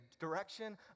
direction